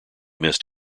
missed